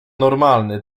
normalny